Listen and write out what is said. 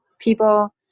people